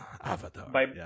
avatar